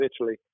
Italy